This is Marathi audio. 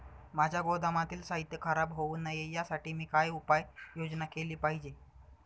माझ्या गोदामातील साहित्य खराब होऊ नये यासाठी मी काय उपाय योजना केली पाहिजे?